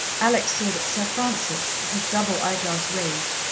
alex saw that sir francis, his double eyeglass raised,